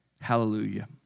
Hallelujah